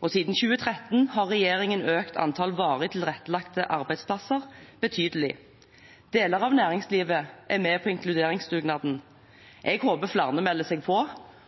og siden 2013 har regjeringen økt antall varig tilrettelagte arbeidsplasser betydelig. Deler av næringslivet er med på inkluderingsdugnaden. Jeg håper flere melder seg på,